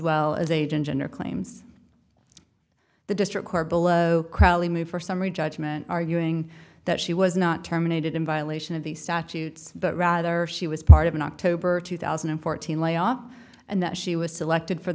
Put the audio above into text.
well as age and gender claims the district court below crowley move for summary judgment arguing that she was not terminated in violation of the statutes but rather she was part of an october two thousand and fourteen layoff and that she was selected for